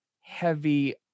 heavy